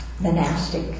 monastic